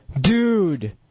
dude